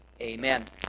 Amen